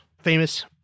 famous